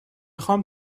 خوام